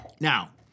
Now